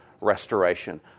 restoration